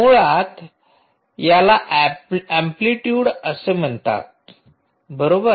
मुळात याला अँप्लिटयूडम्हणतात बरोबर